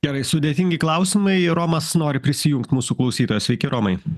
gerai sudėtingi klausimai romas nori prisijungt mūsų klausytojas sveiki romai